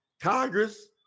Congress